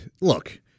look